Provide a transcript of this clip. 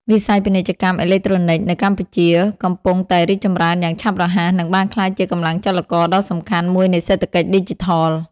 វិស័យពាណិជ្ជកម្មអេឡិចត្រូនិក នៅកម្ពុជាកំពុងតែរីកចម្រើនយ៉ាងឆាប់រហ័ស និងបានក្លាយជាកម្លាំងចលករដ៏សំខាន់មួយនៃសេដ្ឋកិច្ចឌីជីថល។